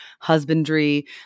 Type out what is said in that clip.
husbandry